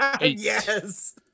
Yes